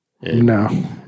No